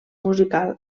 musical